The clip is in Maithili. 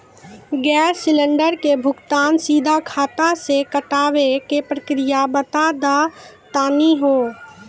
गैस सिलेंडर के भुगतान सीधा खाता से कटावे के प्रक्रिया बता दा तनी हो?